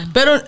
Pero